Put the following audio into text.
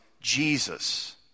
Jesus